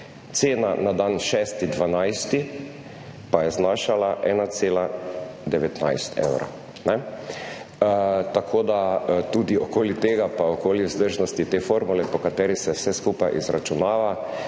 Cena na dan 6. 12. pa je znašala 1,19 evra. Tako da, tudi okoli tega pa okoli vzdržnosti te formule po kateri se vse skupaj izračunava,